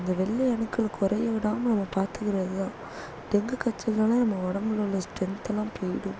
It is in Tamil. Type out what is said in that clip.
அந்த வெள்ளை அணுக்கள் குறைய விடாமல் நம்ம பார்த்துக்கறது தான் டெங்கு காய்ச்சல்னால் நம்ம உடம்புல உள்ள ஸ்ட்ரென்த்தெல்லாம் போய்விடும்